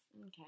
Okay